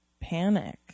panic